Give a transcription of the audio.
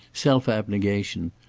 self-abnegation.